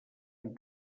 amb